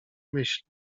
myśli